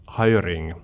hiring